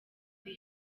the